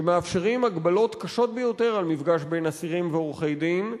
שמאפשרים הגבלות קשות ביותר על מפגש בין אסירים ועורכי-דין,